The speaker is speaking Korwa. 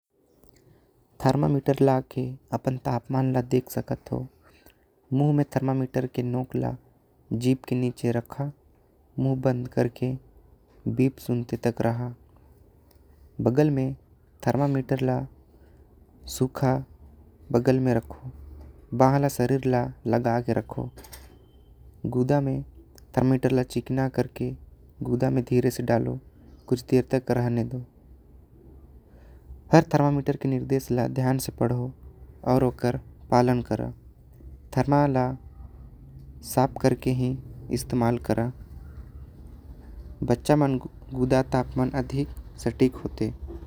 थर्मामीटर ल अपन तापमान देख सकत हाउ। मुंह म थर्मामीटर के नोक ल जीव के नीचे मुंह बंद करके बीप सुनते। तक रहा बगल में थर्मामीटर ल सुखा बगल में रखो। बहा ल शारीर म लगा के रखो गुदा में थर्मामीटर ल चिकना करके। गुदा में धीरे से डालो कुछ देर तक रहने दो हर थर्मामीटर के निर्देश ल। ध्यान से पढ़ो आऊ ओकर पालन करो थर्मा ल साफ कर। के ही इस्तेमाल कराओ बच्चा मन गुदा तापमान अधिक सटीक होते।